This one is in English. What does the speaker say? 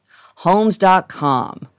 Homes.com